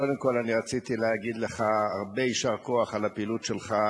קודם כול רציתי להגיד לך הרבה יישר כוח על הפעילות שלך.